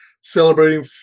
celebrating